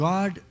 God